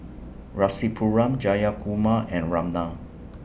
Rasipuram Jayakumar and Ramnath